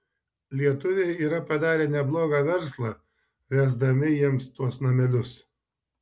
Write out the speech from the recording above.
lietuviai yra padarę neblogą verslą ręsdami jiems tuos namelius